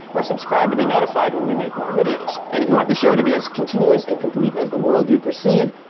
or subscribe to be notified when we make more videos. and if you want the show to be as continuous and complete as the world you perceive,